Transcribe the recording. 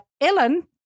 Ellen